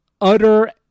Utter